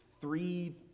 three